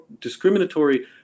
discriminatory